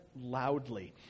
loudly